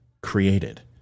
created